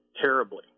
Terribly